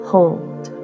Hold